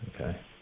Okay